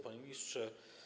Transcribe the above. Panie Ministrze!